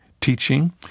teaching